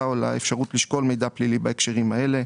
או על האפשרות לשקול מידע פלילי בהקשרים האלה,